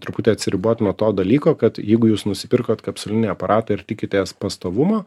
truputį atsiribot nuo to dalyko kad jeigu jūs nusipirkot kapsulinį aparatą ir tikitės pastovumo